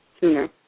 sooner